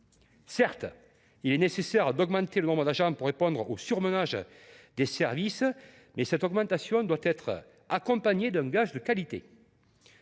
–, s’il est nécessaire d’augmenter le nombre d’agents pour répondre au surmenage des services, cette augmentation doit être accompagnée d’un gage de qualité